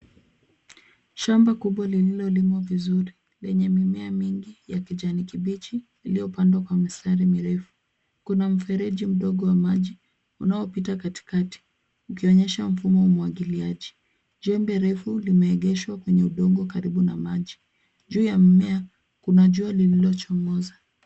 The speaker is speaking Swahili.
Shamba kubwa lililolimwa vizuri, lenye mimea mingi ya kijani kibichi, iliyopandwa kwa mistari mirefu. Kuna mfereji mdogo wa maji, unaopita katikati ukionyesha mfumo wa umwagiliaji. Jembe refu limeegeshwa kwenye udongo karibu na maji. Juu ya mmea kuna jua lililochomoza.